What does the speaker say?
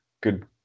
good